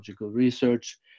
research